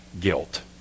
guilt